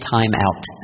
timeout